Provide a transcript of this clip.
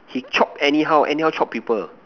he chop anyhow anyhow chop people